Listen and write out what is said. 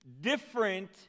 different